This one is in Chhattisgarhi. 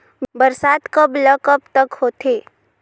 बरसात कब ल कब तक होथे?